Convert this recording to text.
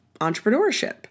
entrepreneurship